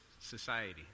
society